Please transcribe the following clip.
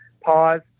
pause